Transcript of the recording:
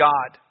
God